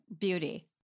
beauty